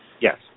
Yes